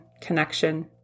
connection